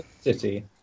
City